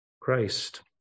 Christ